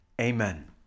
Amen